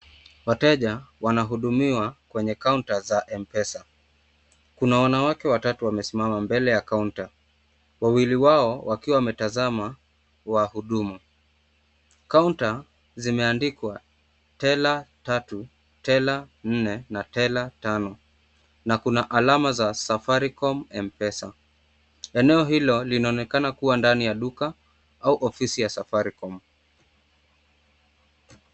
Wateja wanahudumiwa kwenye counters za Mpesa. Kuna wanawake watatu wamesimama mbele ya counter . Wawili wao wakiwa wametazama wahudumu. Counter zimeandikwa teller tatu teller nne na teller tano. Na kuna alama za Safaricom Mpesa. Eneo hilo linaonekana kuwa ndani ya duka au ofisi ya Safaricom.